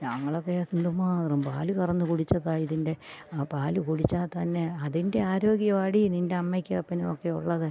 ഞങ്ങളൊക്കെ എന്തു മാത്രം പാല് കറന്ന് കുടിച്ചതാ ഇതിൻ്റെ ആ പാല് കുടിച്ചാൽ തന്നെ അതിൻ്റെ ആരോഗ്യമാടീ നിൻ്റെ അമ്മയ്ക്കും അപ്പനുമൊക്കെ ഉള്ളത്